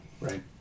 right